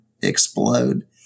explode